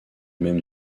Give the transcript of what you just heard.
même